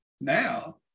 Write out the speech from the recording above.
now